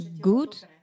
good